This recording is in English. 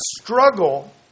struggle